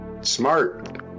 Smart